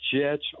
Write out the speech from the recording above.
Jets